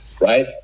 Right